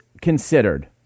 considered